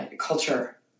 culture